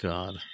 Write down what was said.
God